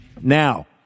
Now